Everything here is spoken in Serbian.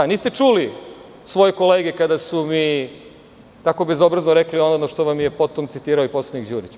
Niste čuli svoje kolege kada su mi tako bezobrazno rekli ono što vam je potom citirao i poslanik Đurić?